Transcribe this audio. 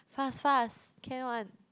fast fast can one